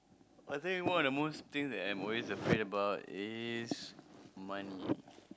I think one of the most things that I'm always afraid about is money